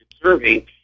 observing